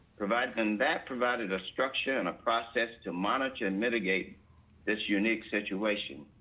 provide them that provided a structure and a process to monitor and mitigate this unique situation.